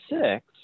six